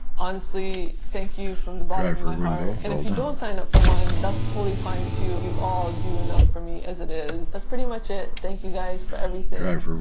honestly, thank you from the bottom of my heart. and if you don't sign up for one, that's totally fine too. you all do enough for me as it is. that's pretty much it. thank you guys for everything.